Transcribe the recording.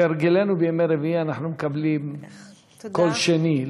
כהרגלנו בימי רביעי אנחנו מקבלים קול שני,